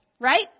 right